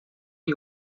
并未